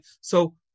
So-